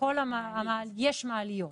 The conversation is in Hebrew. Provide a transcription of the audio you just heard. יש מעליות.